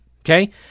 Okay